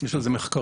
יש על זה מחקרים.